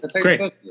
great